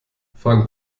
fang